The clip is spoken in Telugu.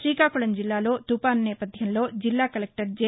శ్రీకాకుళం జిల్లాలో తుపాను నేపథ్యంలో జిల్లా కలెక్లర్ జె